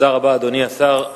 תודה רבה, אדוני השר.